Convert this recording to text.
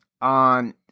on